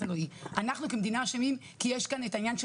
אנחנו כמדינה אשמים כי יש כאן עניין של